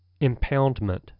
impoundment